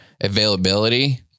availability